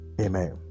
amen